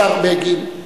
השר בגין,